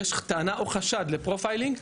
יש טענה או חשד לפרופיילינג,